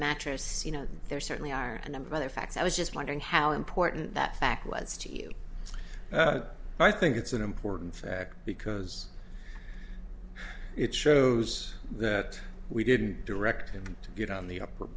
mattress you know there certainly are a number of other facts i was just wondering how important that fact was to you but i think it's an important fact because it shows that we didn't direct him to get on the upper